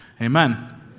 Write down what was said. amen